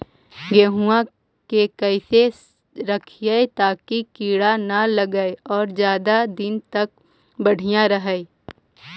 गेहुआ के कैसे रखिये ताकी कीड़ा न लगै और ज्यादा दिन तक बढ़िया रहै?